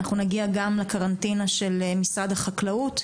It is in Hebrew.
אנחנו נגיע גם לקרנטינה של משרד החקלאות,